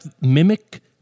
mimic